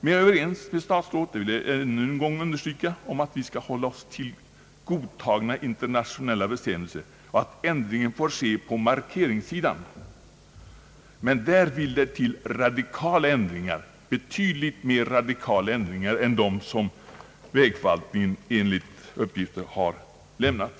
Jag är överens med statsrådet — det vill jag än en gång understryka — om att vi skall hålla oss till godtagna internationella bestämmelser och att ändringar får ske på markeringssidan. Men där vill det till radikala ändringar, betydligt mera radikala än dem som vägverket enligt uppgift har vidtagit.